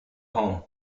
home